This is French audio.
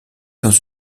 dans